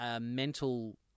mental